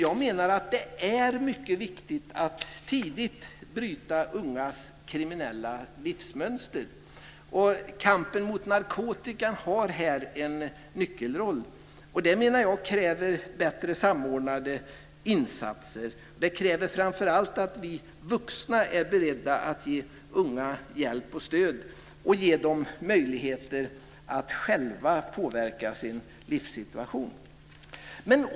Jag menar att det är mycket viktigt att tidigt bryta ungas kriminella livsmönster. Kampen mot narkotikan har här en nyckelroll. Det kräver bättre samordnade insatser. Det kräver framför allt att vi vuxna är beredda att ge unga hjälp och stöd och ge dem möjligheter att själva påverka sin livssituation.